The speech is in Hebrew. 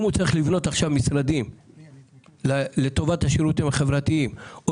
אם הוא צריך לבנות עכשיו משרדים לטובת השירותים החברתיים או